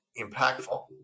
impactful